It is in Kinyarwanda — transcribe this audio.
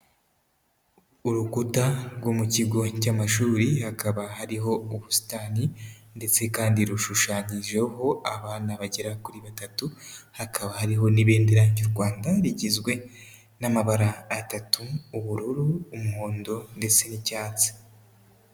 Urukuta rwo mu kigo cy'amashuri, hakaba hariho ubusitani ndetse kandi rushushanyijeho abana bagera kuri batatu, hakaba hariho n'ibendera ry'u Rwanda rigizwe n'amabara atatu ubururu, umuhondo, ndetse n'icyatsi.